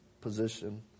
position